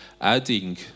adding